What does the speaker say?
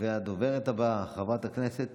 הדוברת הבאה, חברת הכנסת